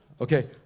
okay